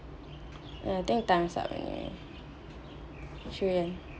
uh I think time's up already shu yan